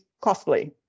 costly